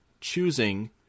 choosing